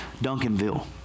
Duncanville